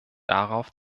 darauf